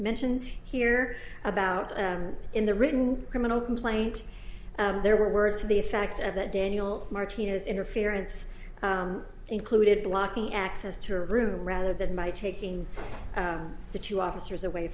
mention here about in the written criminal complaint there were words to the effect of that daniel martinez interference included blocking access to a room rather than my taking the two officers away